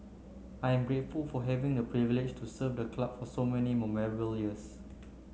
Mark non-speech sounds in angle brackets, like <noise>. I am grateful for having the privilege to serve the club for so many <unintelligible> years